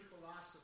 philosophy